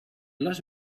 les